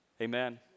Amen